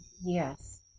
Yes